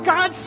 God